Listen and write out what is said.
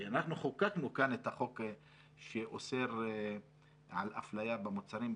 כי אנחנו חוקקנו כאן את החוק שאוסר על אפליה במוצרים,